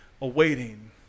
awaiting